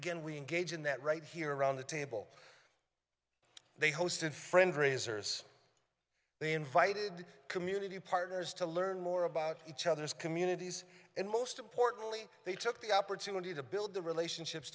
again we engage in that right here around the table they hosted friends raisers they invited community partners to learn more about each other's communities and most importantly they took the opportunity to build the relationships